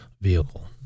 vehicle